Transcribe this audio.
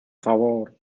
favor